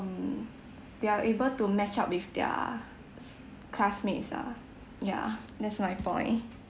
um they're able to match up with their s~ classmates ah yeah that's my point